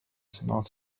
صناعة